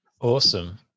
awesome